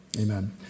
amen